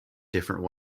different